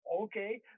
Okay